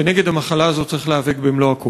ונגד המחלה הזאת צריך להיאבק במלוא הכוח.